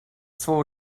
zwo